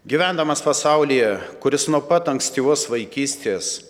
gyvendamas pasaulyje kuris nuo pat ankstyvos vaikystės